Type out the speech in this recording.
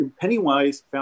Pennywise